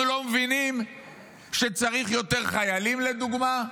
אנחנו לא מבינים שצריך יותר חיילים, לדוגמה?